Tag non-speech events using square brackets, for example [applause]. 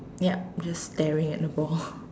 yup just staring at the ball [breath]